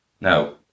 Now